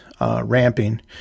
Ramping